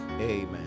Amen